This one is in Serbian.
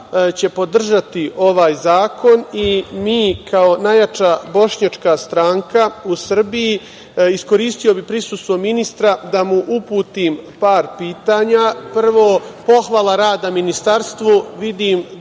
će podržati ovaj zakon i mi kao najjača bošnjačka stranka u Srbiji. Iskoristio bih prisustvo ministra da mu uputim par pitanja. Prvo, pohvala rada Ministarstvu. Vidim da